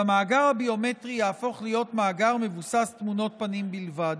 והמאגר הביומטרי יהפוך להיות מאגר מבוסס תמונות פנים בלבד.